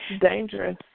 dangerous